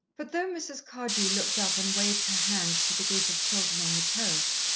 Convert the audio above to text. but though mrs. cardew looked up and waved her hand to the group of children on the terrace,